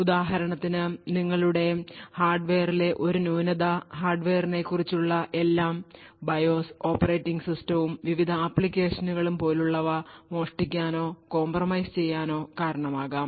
ഉദാഹരണത്തിന് നിങ്ങളുടെ ഹാർഡ്വെയറിലെ ഒരു ന്യൂനത ഹാർഡ്വെയറിനെക്കുറിച്ചുള്ള എല്ലാം BIOS ഓപ്പറേറ്റിംഗ് സിസ്റ്റവും വിവിധ ആപ്ലിക്കേഷനുകളും പോലുള്ളവ മോഷ്ടിക്കാനോ compromise ചെയ്യാനോ കാരണമാകാം